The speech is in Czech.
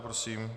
Prosím.